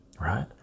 right